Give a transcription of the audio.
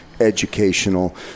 educational